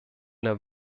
der